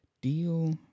deal